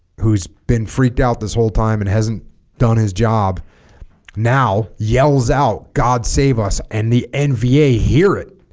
who's been freaked out this whole time and hasn't done his job now yells out god save us and the nva hear it